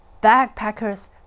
Backpackers